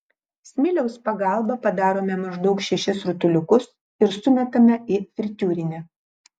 smiliaus pagalba padarome maždaug šešis rutuliukus ir sumetame į fritiūrinę